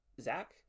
Zach